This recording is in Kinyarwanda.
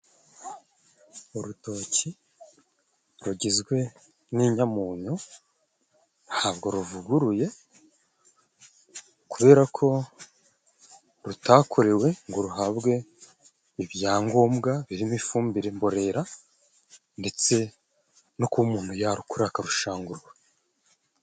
Urutoki rugizwe n'inyamunyu ntabwo ruvuguruye, kubera ko rutakorewe ngo ruhabwe ibyangombwa birimo ifumbire mbonerera, ndetse no kuba umuntu yarukorera akarushangura.